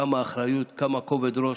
כמה אחריות וכמה כובד ראש,